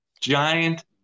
giant